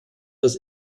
das